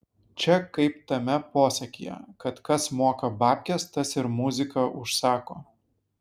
čia kaip tame posakyje kad kas moka babkes tas ir muziką užsako